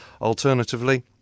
alternatively